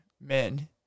men